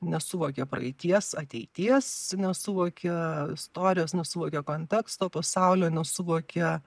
nesuvokia praeities ateities nesuvokia istorijos nesuvokia konteksto pasaulio nesuvokia